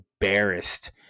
embarrassed